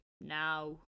now